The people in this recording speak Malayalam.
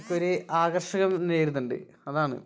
അപ്പം ഒരു ആകർഷകം നേരുന്നുണ്ട് അതാണ്